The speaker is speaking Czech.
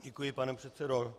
Děkuji, pane předsedo.